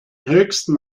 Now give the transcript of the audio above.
höchsten